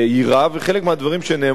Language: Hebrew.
וחלק מהדברים שנאמרו כאן,